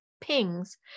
pings